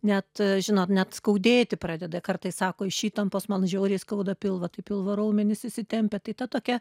net žinot net skaudėti pradeda kartais sako iš įtampos man žiauriai skauda pilvą tai pilvo raumenys įsitempę tai ta tokia